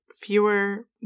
fewer